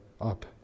up